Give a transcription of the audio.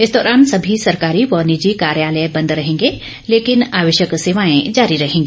इस दौरान सभी सरकारी व निजी कार्यालय बंद रहेंगे लेकिन आवश्यक सेवाएं जारी रहेगी